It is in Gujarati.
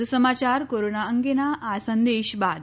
વધુ સમાચાર કોરોના અંગેના આ સંદેશ બાદ